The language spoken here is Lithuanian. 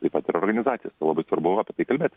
taip pat ir organizacijas tai labai svarbu apie tai kalbėti